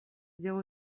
zéro